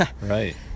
right